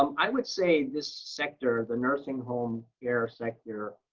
um i would say this sector, the nursing home care sector,